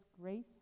grace